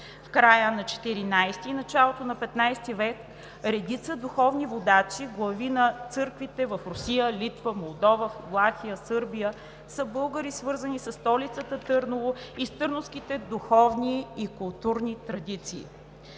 В края на XIV и началото на XV век редица духовни водачи – глави на църквите в Русия, Литва, Молдова, Влахия, Сърбия, са българи, свързани със столицата Търново и с търновските духовни и културни традиции.